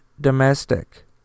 domestic